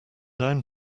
down